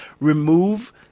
remove